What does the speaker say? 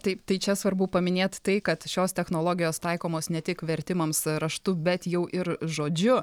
taip tai čia svarbu paminėt tai kad šios technologijos taikomos ne tik vertimams raštu bet jau ir žodžiu